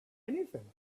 anything